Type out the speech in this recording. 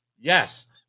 Yes